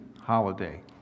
holiday